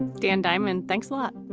dan diamond, thanks a lot.